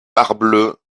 parbleu